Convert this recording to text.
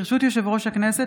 ברשות יושב-ראש הישיבה,